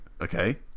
Okay